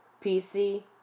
PC